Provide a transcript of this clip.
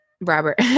Robert